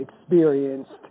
experienced